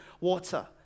water